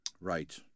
Right